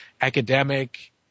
academic